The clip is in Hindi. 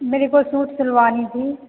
मेरे को सूट सिलवानी थी